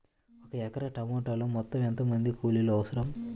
ఒక ఎకరా టమాటలో మొత్తం ఎంత మంది కూలీలు అవసరం?